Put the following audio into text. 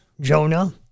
Jonah